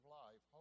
life